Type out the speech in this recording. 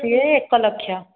ସିଏ ଏକ ଲକ୍ଷ